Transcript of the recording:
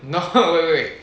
no wait wait wait